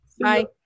bye